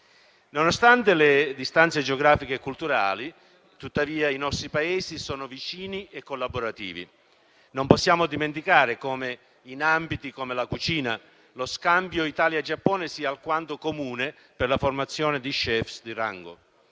Nonostante le distanze geografiche e culturali, tuttavia, i nostri Paesi sono vicini e collaborativi. Non possiamo dimenticare quanto in ambiti come la cucina lo scambio Italia-Giappone sia comune per la formazione di *chef* di rango.